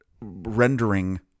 rendering